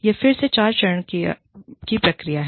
यह फिर से चार चरण की प्रक्रिया है